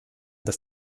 dass